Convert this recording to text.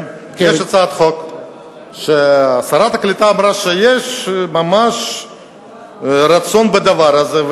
יש הצעת חוק ששרת הקליטה אמרה שיש ממש רצון בדבר הזה,